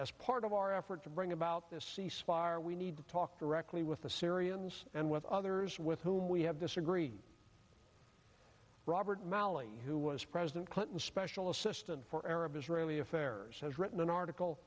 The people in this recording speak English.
as part of our effort to bring about this cease fire we need to talk directly with the syrians and with others with whom we have disagreed robert malley who was president clinton's special assistant for arab israeli affairs has written an article